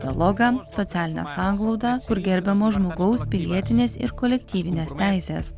dialogą socialinę sanglaudą kur gerbiamos žmogaus pilietinės ir kolektyvinės teisės